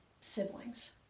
siblings